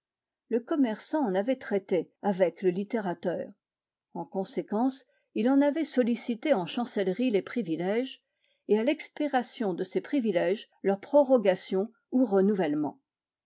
le commerçant en avait traité avec le littérateur en conséquence il en avait sollicité en chancellerie les privilèges et à l'expiration de ces privilèges leur prorogation ou renouvellement